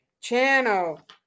channel